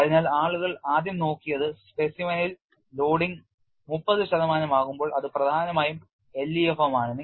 അതിനാൽ ആളുകൾ ആദ്യം നോക്കിയത് സ്പെസിമെനിൽ ലോഡിംഗ് 30 ശതമാനമാകുമ്പോൾ അത് പ്രധാനമായും LEFM ആണ്